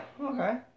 okay